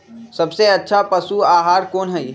सबसे अच्छा पशु आहार कोन हई?